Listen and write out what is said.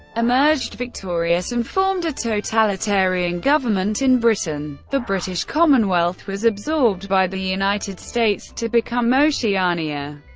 emerged victorious and formed a totalitarian government in britain. the british commonwealth was absorbed by the united states to become oceania.